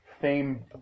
fame